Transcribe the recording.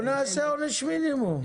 בואו נעשה עונש מינימום.